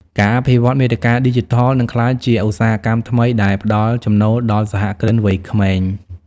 ការអភិវឌ្ឍមាតិកាឌីជីថលនឹងក្លាយជាឧស្សាហកម្មថ្មីដែលផ្ដល់ចំណូលដល់សហគ្រិនវ័យក្មេង។